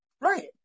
Right